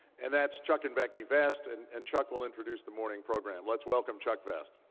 and that's chuck and becky vest. and and chuck will introduce the morning program. let's welcome chuck vest.